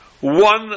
one